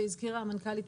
והזכירה המנכ"לית,